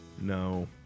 no